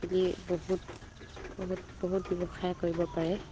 আজিকালি বহুত বহুত বহুত ব্যৱসায় কৰিব পাৰে